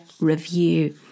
review